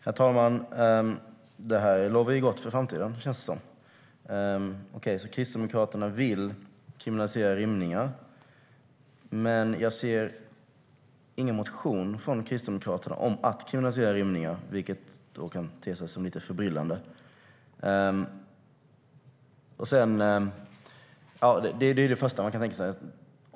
Herr talman! Detta lovar gott för framtiden, känns det som. Kristdemokraterna vill alltså kriminalisera rymningar, men jag ser ingen motion från Kristdemokraterna om detta, vilket då kan te sig lite förbryllande.